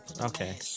Okay